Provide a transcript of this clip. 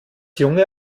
junge